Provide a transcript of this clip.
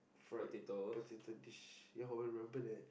fried potato dish ya oh I remember that